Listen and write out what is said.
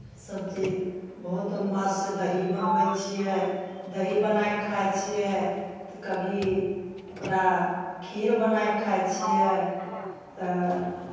सभचीज बहुत माससँ दही बनबै छियै दही बनाए कऽ खाइ छियै कभी ओकरा खीर बनाए कऽ खाइ छियै तऽ